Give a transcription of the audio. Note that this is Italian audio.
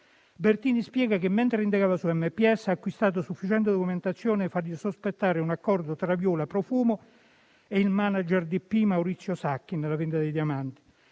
Bertini spiega che, mentre indagava su MPS, ha acquisito sufficiente documentazione da fargli sospettare un accordo tra Viola, Profumo e il *manager* di DPI, Maurizio Sacchi, nella vendita dei diamanti.